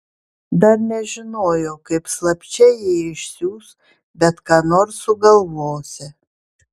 dar nežinojo kaip slapčia jį išsiųs bet ką nors sugalvosią